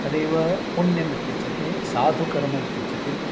तदेव पुण्यम् इत्युच्यते साधुकर्म इत्युच्यते